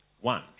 One